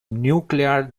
nuclear